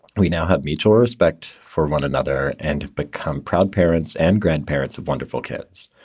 we now have mutual respect for one another and become proud parents and grandparents of wonderful kids.